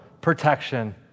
protection